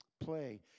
play